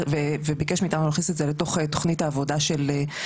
וביקש מאיתנו להכניס את זה לתוך תוכנית העבודה החמש-שנתית.